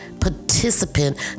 participant